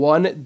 One